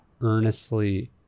earnestly